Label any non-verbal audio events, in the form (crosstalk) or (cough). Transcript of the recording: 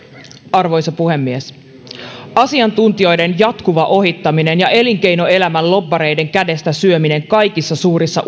arvoisa puhemies asiantuntijoiden jatkuva ohittaminen ja elinkeinoelämän lobbareiden kädestä syöminen kaikissa suurissa (unintelligible)